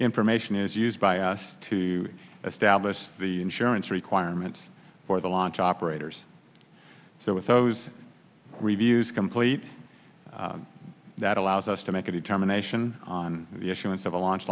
information is used by us to establish the insurance requirements for the launch operators so with those reviews complete that allows us to make a determination on the issuance of a launch